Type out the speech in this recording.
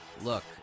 Look